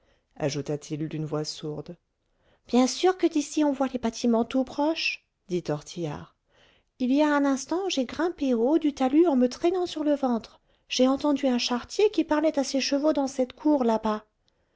ajouta-t-il d'une voix sourde bien sûr que d'ici on voit les bâtiments tout proche dit tortillard il y a un instant j'ai grimpé au haut du talus en me traînant sur le ventre j'ai entendu un charretier qui parlait à ses chevaux dans cette cour là-bas